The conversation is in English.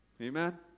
Amen